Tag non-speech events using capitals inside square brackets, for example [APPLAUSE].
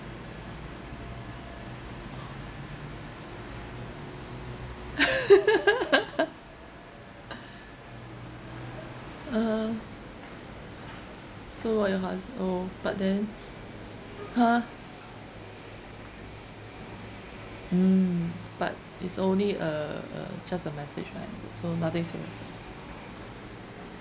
[LAUGHS] (uh huh) so what your hus~ oh but then !huh! mm but is only a a just a message right so nothing serious ah